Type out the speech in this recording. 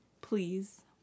please